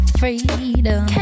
freedom